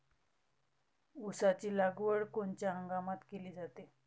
ऊसाची लागवड कोनच्या हंगामात केली जाते?